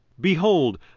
Behold